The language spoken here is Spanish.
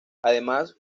además